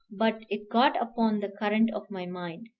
but it got upon the current of my mind.